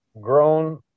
grown